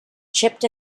chipped